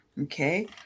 okay